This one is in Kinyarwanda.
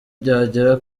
byagera